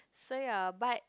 so ya but